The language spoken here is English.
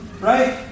Right